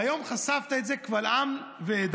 והיום חשפת את זה קבל עם ועדה,